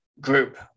group